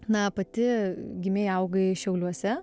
na pati gimei augai šiauliuose